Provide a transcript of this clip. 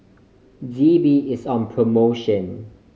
D B is on promotion